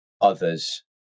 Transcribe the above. others